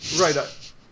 right